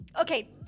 Okay